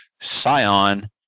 Scion